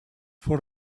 for